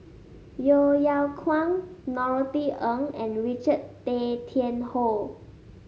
Yeo Yeow Kwang Norothy Ng and Richard Tay Tian Hoe